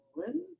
England